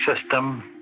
system